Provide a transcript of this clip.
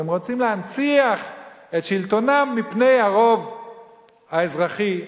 והם רוצים להנציח את שלטונם מפני הרוב האזרחי הדמוקרטי.